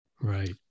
Right